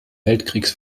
weltkriegs